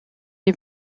est